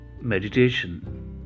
Meditation